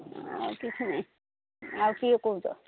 ଆଉ କିଛି ନାହିଁ ଆଉ କିଏ କହୁଚ